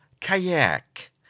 kayak